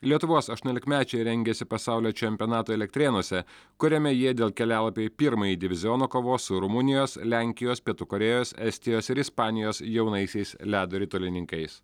lietuvos aštuoniolikmečiai rengiasi pasaulio čempionatui elektrėnuose kuriame jie dėl kelialapio į pirmąjį divizioną kovos su rumunijos lenkijos pietų korėjos estijos ir ispanijos jaunaisiais ledo ritulininkais